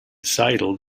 sidled